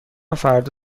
فردا